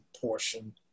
portion